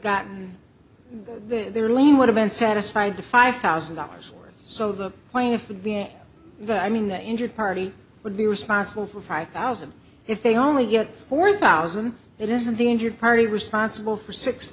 gotten their lien would have been satisfied to five thousand dollars or so the point of being i mean the injured party would be responsible for five thousand if they only get four thousand it isn't the injured party responsible for six